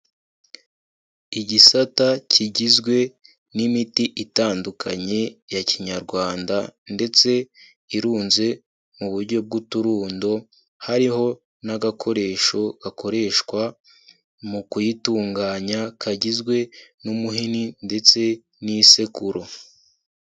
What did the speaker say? Igisata kigizwe n'imiti itandukanye ya kinyarwanda ndetse irunze mu buryo bw'uturundo hariho n'agakoresho gakoreshwa mu kuyitunganya kagizwe n'umuhini ndetse n'isekuru.